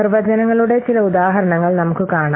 നിർവചനങ്ങളുടെ ചില ഉദാഹരണങ്ങൾ നമുക്കു കാണാം